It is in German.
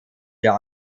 der